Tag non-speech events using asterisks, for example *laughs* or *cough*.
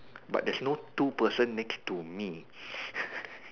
but there's no two person next to me *noise* *laughs*